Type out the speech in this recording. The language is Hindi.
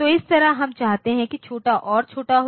तो इस तरह हम चाहते हैं कि छोटा और छोटा हो